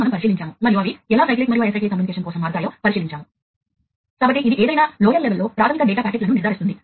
మరోవైపు మీకు నెట్వర్క్ ఉంటే మీరు నిజంగా ప్లాంట్ యొక్క అంచున ఉన్న నెట్వర్క్ను నడుపుతున్నారు